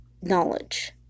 knowledge